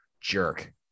jerk